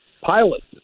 pilots